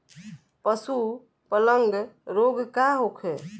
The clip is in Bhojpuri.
पशु प्लग रोग का होखे?